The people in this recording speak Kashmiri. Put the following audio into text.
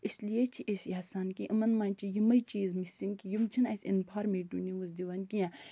اس لیے چھِ أسۍ یژھان کہِ یِمَن منٛز چھِ یِمَے چیٖز مِسِنٛگ کہ یِم چھِنہٕ اَسہِ اِنفارمیٹِو نِوٕز دِوان کیٚنہہ